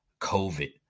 COVID